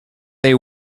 they